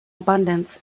abundance